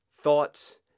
thoughts